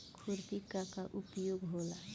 खुरपी का का उपयोग होला?